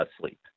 asleep